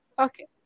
okay